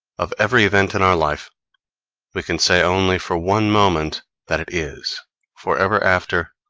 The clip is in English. of every event in our life we can say only for one moment that it is forever after,